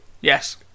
Yes